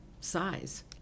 size